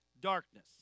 darkness